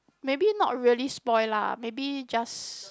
maybe not really spoil lah maybe just